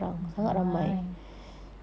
ramai